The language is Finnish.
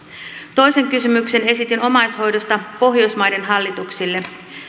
toisen kysymyksen esitin omaishoidosta pohjoismaiden hallituksille